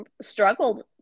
struggled